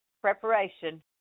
preparation